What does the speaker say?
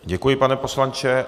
Děkuji, pane poslanče.